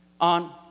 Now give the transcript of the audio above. on